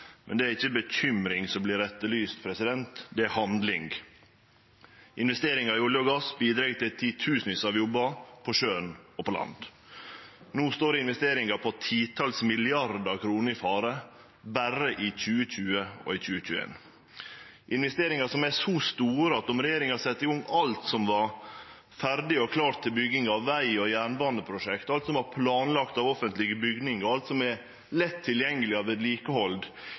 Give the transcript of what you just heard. Men det er ikkje bekymring som vert etterlyst, det er handling. Investeringar i olje og gass bidreg til titusenvis av jobbar på sjøen og på land. No står investeringar på titals milliardar kroner i fare berre i 2020 og i 2021. Dette er investeringar som er så store at om regjeringa set i gang alt som var ferdig og klart til bygging av veg- og jernbaneprosjekt, alt som var planlagt av offentlege bygningar, og alt som er lett tilgjengeleg